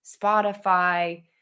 Spotify